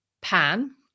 pan